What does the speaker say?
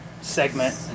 segment